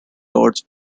lords